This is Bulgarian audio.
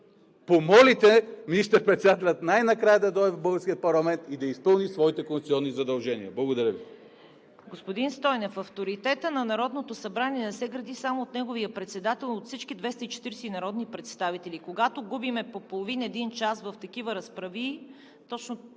помолите министър-председателя най-накрая да дойде в българския парламент и да изпълни своите конституционни задължения. Благодаря Ви.